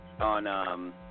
on –